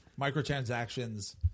microtransactions